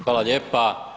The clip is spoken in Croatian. Hvala lijepa.